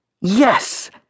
Yes